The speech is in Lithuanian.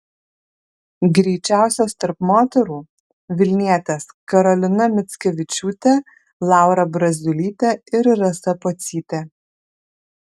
greičiausios tarp moterų vilnietės karolina mickevičiūtė laura braziulytė ir rasa pocytė